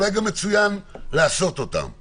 אבל